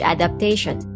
Adaptation